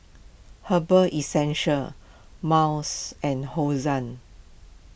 Herbal essential Miles and Hosen